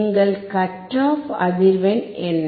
எங்கள் cut off அதிர்வெண் என்ன